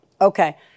Okay